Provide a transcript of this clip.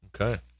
okay